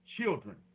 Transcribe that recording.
children